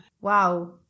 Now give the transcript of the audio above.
Wow